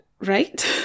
right